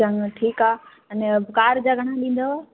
चङो ठीकु आहे अने कार जा घणा ॾींदव